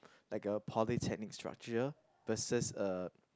like a polytechnic structure versus a